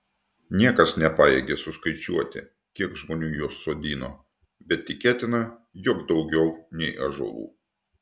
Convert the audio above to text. niekas nepajėgė suskaičiuoti kiek žmonių juos sodino bet tikėtina jog daugiau nei ąžuolų